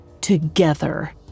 Together